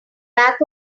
back